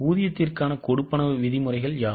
ஊதியத்திற்கான கொடுப்பனவு விதிமுறைகள் யாவை